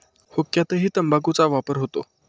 हुक्क्यातही तंबाखूचा वापर होतो